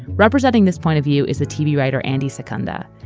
representing this point of view is a tv writer, andy secunda.